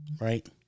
right